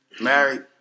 Married